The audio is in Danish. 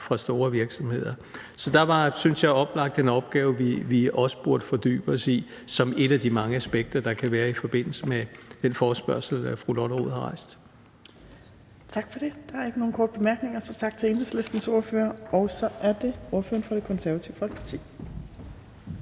fra store virksomheder. Så der er oplagt en opgave, vi også burde fordybe os i som et af de mange aspekter, der kan være i forbindelse med den forespørgsel, fru Lotte Rod har stillet. Kl. 18:31 Tredje næstformand (Trine Torp): Tak for det. Der er ikke nogen korte bemærkninger, så tak til Enhedslistens ordfører. Så er det ordføreren for Det Konservative Folkeparti.